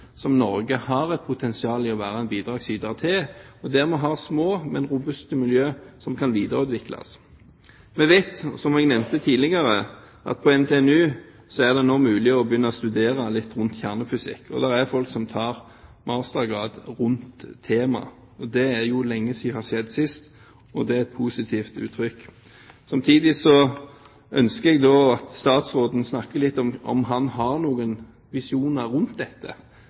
der Norge har et potensial til å være en bidragsyter, og der vi har små, men robuste miljøer som kan videreutvikles. Vi vet, som jeg nevnte tidligere, at på NTNU er det nå mulig å studere litt rundt kjernefysikk, og det er folk som tar mastergrad rundt temaet. Det er jo lenge siden det skjedde sist, og det er et uttrykk for noe positivt. Jeg ønsker at statsråden sier litt om man har noen visjoner rundt dette: